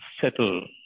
settle